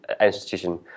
institution